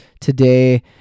today